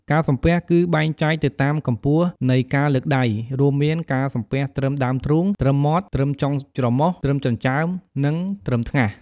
ការសំពះ គឺបែងចែកទៅតាមកម្ពស់នៃការលើកដៃ រួមមាន ការសំពះត្រឹមដើមទ្រូង ត្រឹមមាត់ ត្រឹមចុងច្រមុះ ត្រឹមចិញ្ចើម និងត្រឹមថ្ងាស។